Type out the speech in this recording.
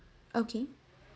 okay